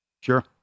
Sure